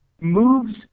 Moves